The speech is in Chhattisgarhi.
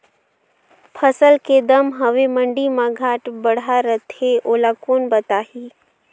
फसल के दम हवे मंडी मा घाट बढ़ा रथे ओला कोन बताही?